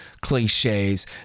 cliches